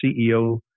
CEO